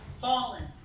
Fallen